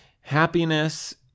Happiness